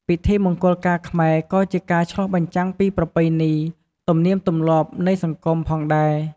ពិធីមង្គលការខ្មែរក៏ជាការឆ្លុះបញ្ចាំងពី ប្រពៃណី ទំនៀមទំម្លាប់នៃសង្គម ផងដែរ។